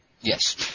Yes